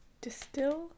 Distill